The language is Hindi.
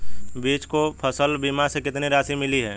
बीजू को फसल बीमा से कितनी राशि मिली है?